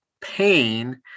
pain